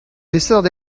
peseurt